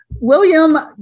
William